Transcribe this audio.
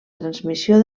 transmissió